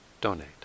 donate